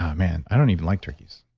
um man. i don't even like turkeys.